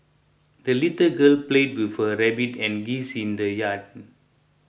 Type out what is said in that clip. the little girl played with her rabbit and geese in the yard